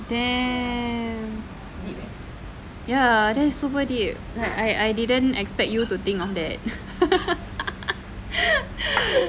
damn ya that's super deep I I didn't expect you to think of that